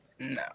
No